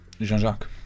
Jean-Jacques